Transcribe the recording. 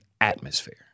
atmosphere